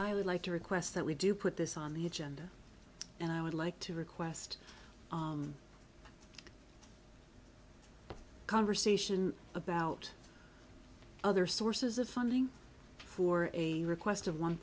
i would like to request that we do put this on the agenda and i would like to request a conversation about other sources of funding for a request of one